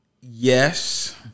Yes